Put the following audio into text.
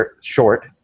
short